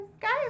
Guys